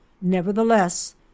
Nevertheless